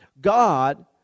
god